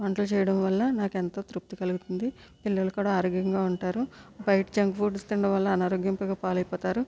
వంట చేయడం వల్ల నాకెంతో తృప్తి కలుగుతుంది పిల్లలు కూడా ఆరోగ్యంగా ఉంటారు బయట జంక్ ఫుడ్స్ తినడం వల్ల అనారోగ్యం పాలైపోతారు